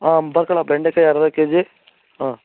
ಹಾಂ ಬರ್ಕೊಳ್ಳ ಬೆಂಡೆಕಾಯಿ ಅರ್ಧ ಕೆಜಿ ಹಾಂ